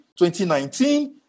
2019